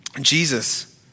Jesus